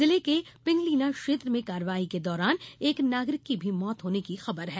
जिले के पिंगलीना क्षेत्र में कार्रवाई के दौरान एक नागरिक की भी मौत की खबर है